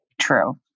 true